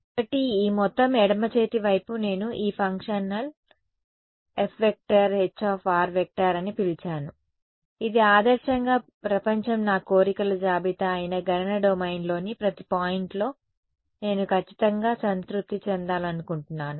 కాబట్టి ఈ మొత్తం ఎడమ చేతి వైపు నేను ఈ ఫంక్షనల్ F H అని పిలిచాను ఇది ఆదర్శంగా ప్రపంచం నా కోరికల జాబితా అయిన గణన డొమైన్లోని ప్రతి పాయింట్లో నేను ఖచ్చితంగా సంతృప్తి చెందాలనుకుంటున్నాను